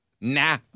Nah